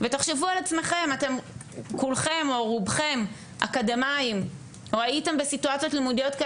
אני מוכרחה לומר לכם משהו --- מה